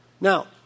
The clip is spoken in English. Now